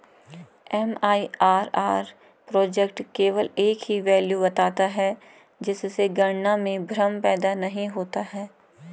MIRR project केवल एक ही वैल्यू बताता है जिससे गणना में भ्रम पैदा नहीं होता है